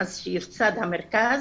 מאז שיוסד המרכז,